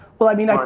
well i mean,